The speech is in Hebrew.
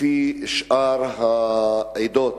כמו שאר העדות,